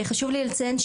חשוב לי לציין,